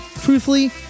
truthfully